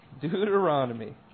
Deuteronomy